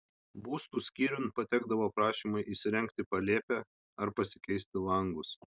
būstų skyriun patekdavo prašymai įsirengti palėpę ar pasikeisti langus